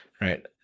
right